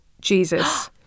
Jesus